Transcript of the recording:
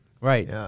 Right